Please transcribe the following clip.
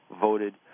voted